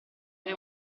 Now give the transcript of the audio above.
tre